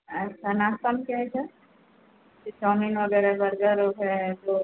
अच्छा नाश्ता में क्या है सर तो चाउमीन वगैरह बर्गर उरगर है जो